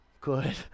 Good